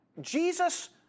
Jesus